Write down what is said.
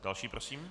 Další prosím.